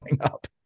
up